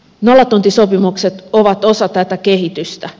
nollatuntisopimukset ovat osa tätä kehitystä